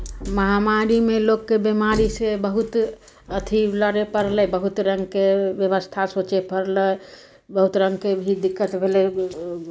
महामारीमे लोकके बिमारीसँ बहुत अथि लड़य पड़लै बहुत रङ्गके व्यवस्था सोचय पड़लै बहुत रङ्गके भी दिक्कत भेलै